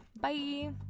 Bye